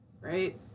right